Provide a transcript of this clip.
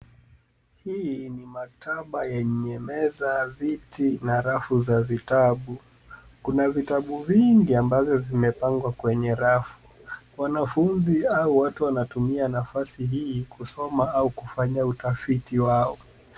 Hii ni maktaba yenye meza, viti na rafu za vitabu. Kuna vitabu vingi ambavyo vimepangwa kwenye rafu. Wanafunzi au watu wanatumia nafasi hii kusoma au kufanya utafiti wao.